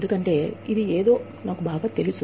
ఎందుకంటే ఇది ఏదో నాకు బాగా తెలుసు